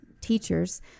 teachers